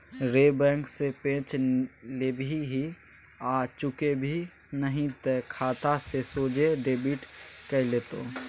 रे बैंक सँ पैंच लेबिही आ चुकेबिही नहि तए खाता सँ सोझे डेबिट कए लेतौ